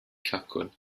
cacwn